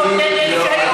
חצי הערה.